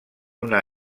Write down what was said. una